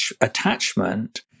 attachment